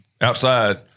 outside